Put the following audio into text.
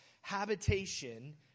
habitation